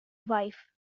wife